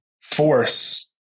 force